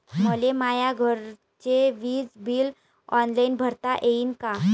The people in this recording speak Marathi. मले माया घरचे विज बिल ऑनलाईन भरता येईन का?